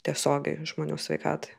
tiesiogiai žmonių sveikatai